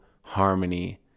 harmony